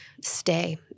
stay